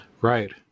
Right